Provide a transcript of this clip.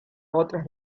otras